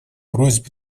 просьб